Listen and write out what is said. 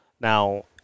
Now